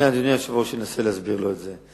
אדוני היושב-ראש, אני אנסה להסביר לו את זה.